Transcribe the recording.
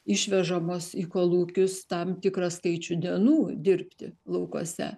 išvežamos į kolūkius tam tikrą skaičių dienų dirbti laukuose